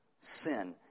Sin